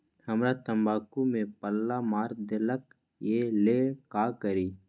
हमरा तंबाकू में पल्ला मार देलक ये ला का करी?